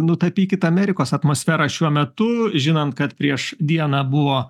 nutapykit amerikos atmosferą šiuo metu žinant kad prieš dieną buvo